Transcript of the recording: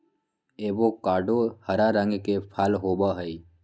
avocado हरा रंग के फल होबा हई